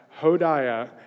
Hodiah